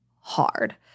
hard